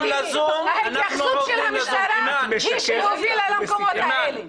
ההתייחסות של המשטרה היא שהובילה למקומות האלה.